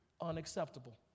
unacceptable